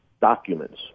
documents